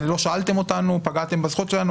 לא שאלתם אותנו, פגעתם בזכות שלנו.